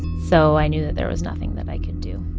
so i knew that there was nothing that i could do